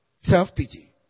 self-pity